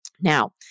Now